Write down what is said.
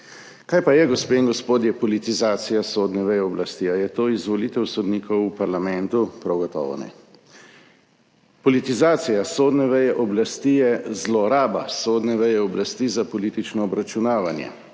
Kaj pa je, gospe in gospodje, politizacija sodne veje oblasti? Ali je to izvolitev sodnikov v parlamentu? Prav gotovo ne. Politizacija sodne veje oblasti je zloraba sodne veje oblasti za politično obračunavanje.